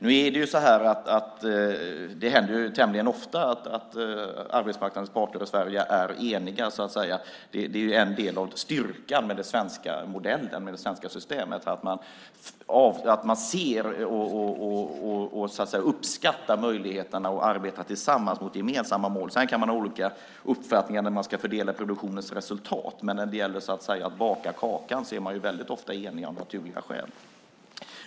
Nu är det så här att det tämligen ofta händer att arbetsmarknadens parter i Sverige är eniga. Det är en del av styrkan med den svenska modellen och det svenska systemet. Man ser och uppskattar möjligheterna att arbeta tillsammans mot gemensamma mål. Sedan kan man ha olika uppfattningar när man ska fördela produktionens resultat, men när det gäller att så att säga baka kakan är man väldigt ofta eniga av naturliga skäl.